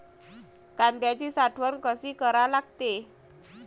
कांद्याची साठवन कसी करा लागते?